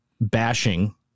bashing